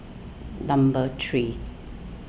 number three